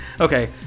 Okay